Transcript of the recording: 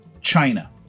China